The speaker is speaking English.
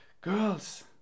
girls